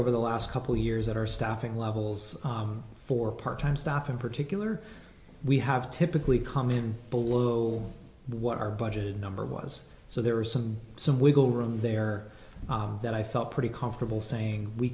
over the last couple years that our staffing levels for part time staff in particular we have typically come in below what our budget number was so there is some some wiggle room there that i felt pretty comfortable saying we